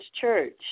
church